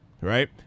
right